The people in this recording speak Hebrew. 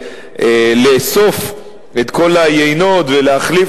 לאסוף את כל היינות ולהחליף,